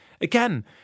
Again